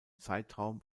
zeitraum